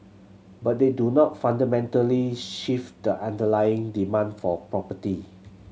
but they do not fundamentally shift the underlying demand for property